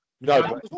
No